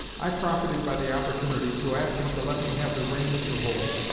i profited by the opportunity to ask him to let me have the reins to hold,